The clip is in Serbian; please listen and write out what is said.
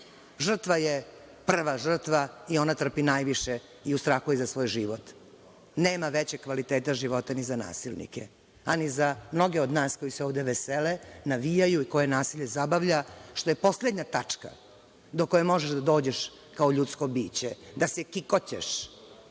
je prva žrtva i ona trpi najviše i u strahu je za svoj život. Nema većeg kvaliteta života ni za nasilnike, a ni za mnoge od nas koji se ovde vesele, navijaju, koje nasilje zabavlja, što je poslednja tačka do koje možeš da dođeš kao ljudsko biće, da se kikoćeš